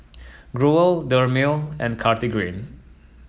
Growell Dermale and Cartigain